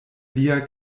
lia